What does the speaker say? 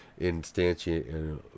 instantiate